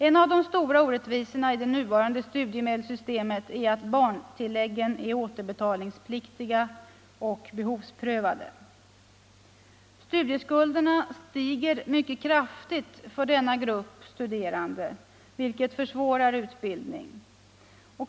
En av de stora orättvisorna i det nuvarande studiemedelssystemet är att barntilläggen är återbetalningspliktiga och behovsprövade. Studieskulderna stiger mycket kraftigt för denna grupp studerande, vilket försvårar utbildning.